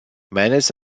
meines